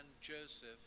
Joseph